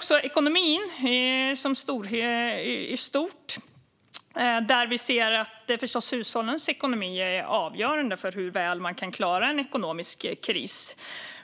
För ekonomin i stort är hushållens ekonomi avgörande för hur väl man kan klara en ekonomisk kris.